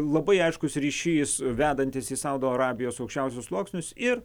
labai aiškus ryšys vedantis į saudo arabijos aukščiausius sluoksnius ir